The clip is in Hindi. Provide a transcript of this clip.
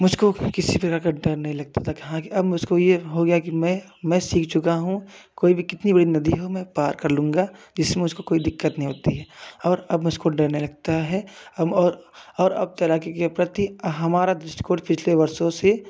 मुझको किसी तरह का डर नहीं लगता था कि अब मुझको ये हो गया कि मैं मैं सीख चुका हूँ कोई भी कितनी बड़ी नदी हो मैं पार कर लूँगा इससे मुझको कोई दिक्कत नहीं होती है और अब मुझको डर नहीं लगता है अब और और अब तैराकी के प्रति हमारा दृष्टिकोण पिछले वर्षों से